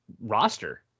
roster